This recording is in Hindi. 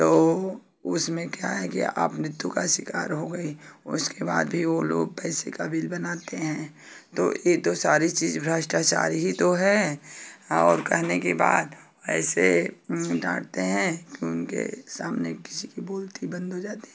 तो उसमें क्या है कि आप नित्थु का शिकार हो गई उसके बाद भी वो लोग पैसे का बिल बनाते हैं तो ये तो सारी चीज भ्रष्टाचार ही तो है और कहने के बाद पैसे डांटते हैं कि उनके सामने किसी की बोलती बंद हो जाती है